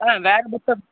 ஆ வேறு புக்கு